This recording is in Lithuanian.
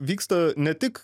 vyksta ne tik